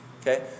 Okay